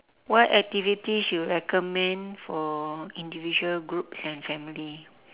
what activities you recommend for individual groups and family